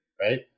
right